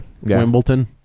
Wimbledon